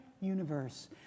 universe